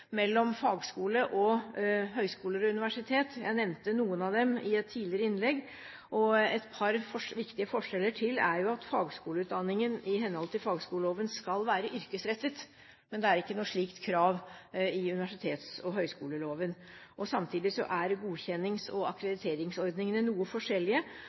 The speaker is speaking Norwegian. mellom fagskole og høyskoler og universitet, jeg nevnte noen av dem i et tidligere innlegg. Et par viktige forskjeller til er at fagskoleutdanningen i henhold til fagskoleloven skal være yrkesrettet, mens det ikke er noe slikt krav i universitets- og høyskoleloven. Samtidig er godkjennings- og akkrediteringsordningene noe forskjellige,